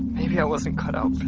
maybe i wasn't cut out